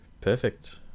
perfect